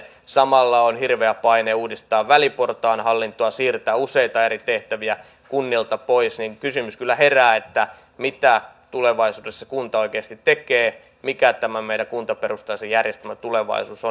kun samalla on hirveä paine uudistaa väliportaan hallintoa siirtää useita eri tehtäviä kunnilta pois niin kysymys kyllä herää että mitä tulevaisuudessa kunta oikeasti tekee mikä tämä meidän kuntaperustaisen järjestelmämme tulevaisuus on